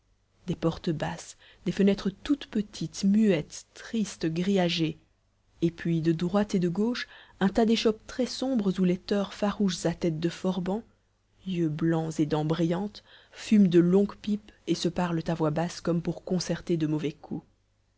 des portes basses des fenêtres toutes petites muettes tristes grillagées et puis de droite et de gauche un tas d'échoppes très sombres où les teurs farouches à têtes de forbans yeux blancs et dents brillantes fument de longues pipes et se parlent à voix basse comme pour concerter de mauvais coups